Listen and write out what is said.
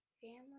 family